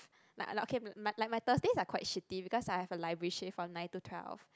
like like okay like my Thursdays are quite shitty because I have a library shift from nine to twelve